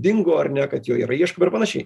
dingo ar ne kad jo yra ieško ir panašiai